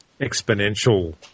exponential